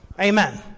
Amen